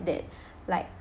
that like